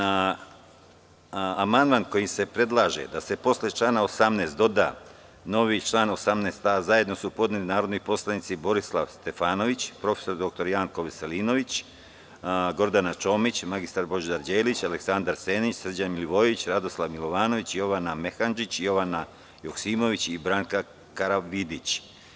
Amandman kojim se predlaže da se posle člana 18. doda novi član 18a, zajedno su podneli narodni poslanici Borislav Stefanović, prof. dr Janko Veselinović, Gordana Čomić, mr Božidar Đelić, Aleksandar Senić, Srđan Milivojević, Radoslav Milovanović, Jovana Mehandžić, Jovana Joksimović i Branka Karavidić.